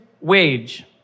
wage